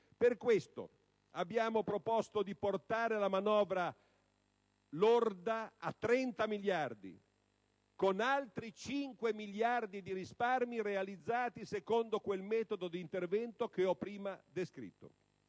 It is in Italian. Per questo, abbiamo proposto di portare la manovra lorda a 30 miliardi, con altri 5 miliardi di risparmi realizzati secondo quel metodo di intervento che ho prima descritto.